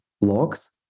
logs